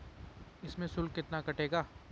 इसमें शुल्क कितना कटेगा?